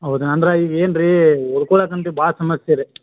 ಹೌದು ಅಂದ್ರೆ ಈಗ ಏನು ರೀ ಓದ್ಕೊಳ್ಳೋಕಂತೂ ಭಾಳ ಸಮಸ್ಯೆ ಇದೆ